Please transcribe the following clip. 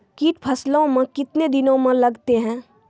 कीट फसलों मे कितने दिनों मे लगते हैं?